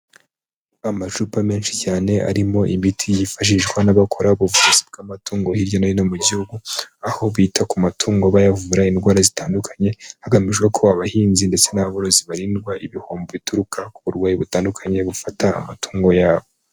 Amacupa menshi cyane arimo imiti yifashishwa n'abakora ubuvuzi bw'amatungo hirya no hino mu gihugu, aho bita ku matungo bayavura indwara zitandukanye hagamijwe ko abahinzi ndetse n'aborozi barindwa ibihombo bituruka ku burwayi butandukanye bufata amatungo yabo.